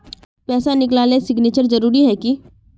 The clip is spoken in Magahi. पैसा निकालने सिग्नेचर जरुरी है की?